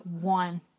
one